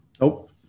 Nope